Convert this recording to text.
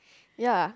ya